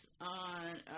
on